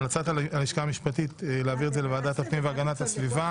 המלצת הלשכה המשפטית היא להעביר את זה לוועדת הפנים והגנת הסביבה.